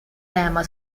tema